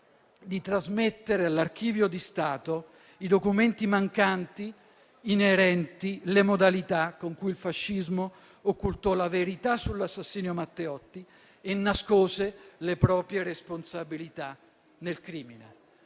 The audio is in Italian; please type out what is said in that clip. di trasmettere all'archivio di Stato i documenti mancanti inerenti le modalità con cui il fascismo occultò la verità sull'assassinio Matteotti e nascose le proprie responsabilità nel crimine.